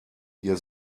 ihr